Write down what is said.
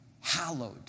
Hallowed